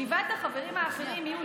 שבעת החברים האחרים יהיו,